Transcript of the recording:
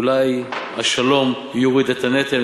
אולי השלום יוריד את הנטל,